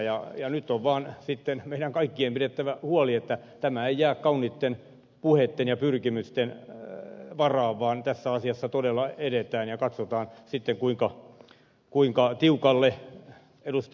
nyt on vaan sitten meidän kaikkien pidettävä huoli että tämä ei jää kauniitten puheitten ja pyrkimysten varaan vaan tässä asiassa todella edetään ja katsotaan sitten kuinka tiukalle ed